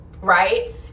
right